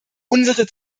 unsere